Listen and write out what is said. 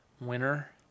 winner